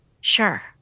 Sure